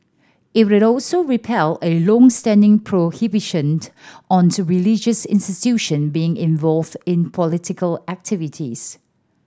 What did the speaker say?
it also repeal a long standing prohibition on to religious institution being involved in political activities